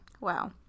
Wow